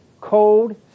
cold